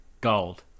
Gold